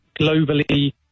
globally